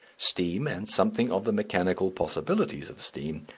steam, and something of the mechanical possibilities of steam,